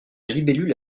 libellule